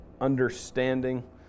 understanding